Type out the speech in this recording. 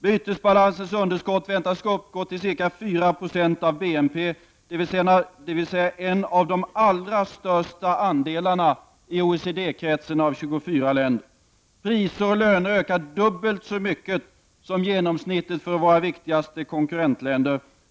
Bytesbalansens underskott väntas uppgå till ca 4 96 av BNP —-- dvs. en av de största andelarna i OECD-kretsen av 24 länder. Priser och löner ökar dubbelt så mycket som genomsnittet för våra viktigaste konkurrentländer—--.